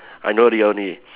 I know the only